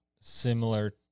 similar